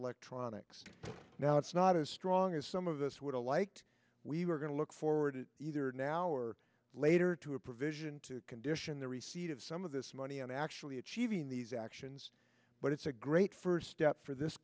electronics now it's not as strong as some of us would like we were going to look forward to either now or later to a provision to condition the receipt of some of this money and actually achieving these actions but it's a great first step for this